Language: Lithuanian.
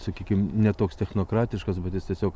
sakykim ne toks technokratiškas bet jis tiesiog